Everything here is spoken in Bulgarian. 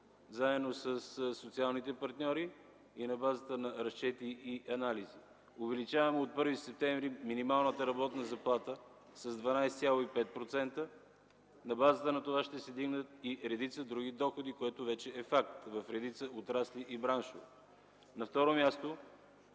заедно със социалните партньори и на базата на разчети и на анализи увеличаваме от 1 септември минималната работна заплата с 12,5%. На базата на това ще се вдигнат и редица други доходи, което вече е факт в редица отрасли и браншове. ПРЕДСЕДАТЕЛ